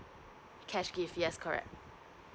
cash gift yes correct